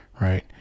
Right